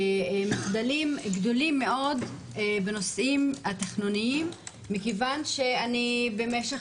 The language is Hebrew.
מחדלים גדולים מאוד בנושאים התכנוניים מכיוון שבמשך